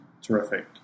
terrific